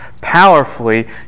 powerfully